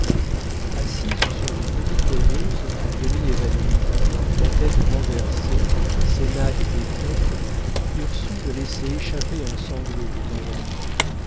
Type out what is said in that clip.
assise sur une petite causeuse à demi évanouie la tête renversée ses nattes défaites ursule laissait échapper un sanglot de temps en temps